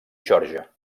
geòrgia